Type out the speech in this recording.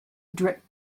drip